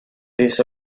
this